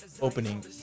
opening